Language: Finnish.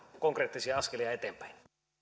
konkreettisia askelia eteenpäin